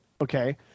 okay